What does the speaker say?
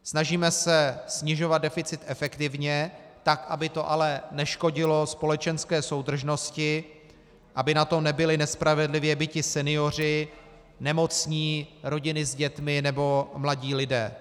Snažíme se snižovat deficit efektivně, tak aby to ale neškodilo společenské soudržnosti, aby na tom nebyli nespravedlivě biti senioři, nemocní, rodiny s dětmi nebo mladí lidé.